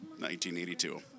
1982